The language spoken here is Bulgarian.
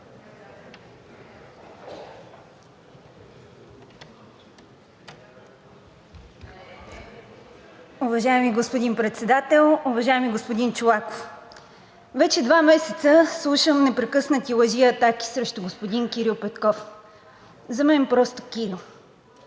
Уважаеми господин Председател! Уважаеми господин Чолаков, вече два месеца слушам непрекъснати лъжи и атаки срещу господин Кирил Петков, за мен просто Кирил.